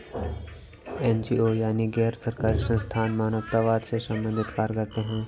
NGO यानी गैर सरकारी संस्थान मानवतावाद से संबंधित कार्य करते हैं